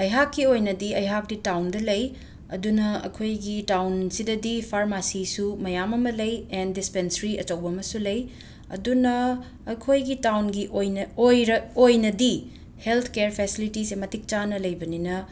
ꯑꯩꯍꯥꯛꯀꯤ ꯑꯣꯏꯅꯗꯤ ꯑꯩꯍꯥꯛꯇꯤ ꯇꯥꯎꯟꯗ ꯂꯩ ꯑꯗꯨꯅ ꯑꯩꯈꯣꯏꯒꯤ ꯇꯥꯎꯟꯁꯤꯗꯗꯤ ꯐꯥꯔꯃꯥꯁꯤꯁꯨ ꯃꯌꯥꯝ ꯑꯃ ꯂꯩ ꯑꯦꯟ ꯗꯤꯁꯄꯦꯟꯁ꯭ꯔꯤ ꯑꯆꯧꯕ ꯑꯃꯁꯨ ꯂꯩ ꯑꯗꯨꯅ ꯑꯩꯈꯣꯏꯒꯤ ꯇꯥꯎꯟꯒꯤ ꯑꯣꯏꯅ ꯑꯣꯏꯔ ꯑꯣꯏꯅꯗꯤ ꯍꯦꯜꯊ ꯀ꯭ꯌꯔ ꯐꯦꯁꯤꯂꯤꯇꯤꯁꯦ ꯃꯇꯤꯛ ꯆꯥꯅ ꯂꯩꯕꯅꯤꯅ